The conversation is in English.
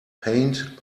paint